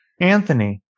Anthony